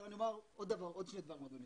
אני אומר עוד שני דברים, אדוני.